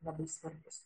labai svarbus